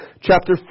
chapter